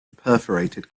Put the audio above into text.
perforated